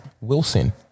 Wilson